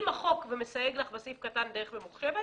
אם החוק מסייג בסעיף קטן דרך ממוחשבת